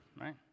right